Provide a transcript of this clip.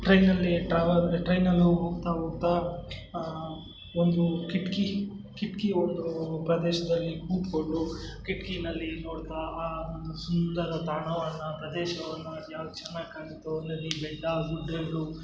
ಟ್ರೈನಲ್ಲಿ ಟ್ರಾವ ಟ್ರೈನಲ್ಲೂ ಹೋಗ್ತ ಹೋಗ್ತ ಒಂದೂ ಕಿಟಕಿ ಕಿಟಕಿ ಒಂದು ಪ್ರದೇಶದಲ್ಲಿ ಕೂತ್ಕೊಂಡು ಕಿಟ್ಕಿಯಲ್ಲಿ ನೋಡ್ತಾ ಆ ಸುಂದರ ತಾಣವನ್ನು ಪ್ರದೇಶವನ್ನು ಯಾವ್ದು ಚೆನ್ನಾಗ್ ಕಾಣುತ್ತೊ ನದಿ ಬೆಟ್ಟ ಗುಡ್ಡಗಳು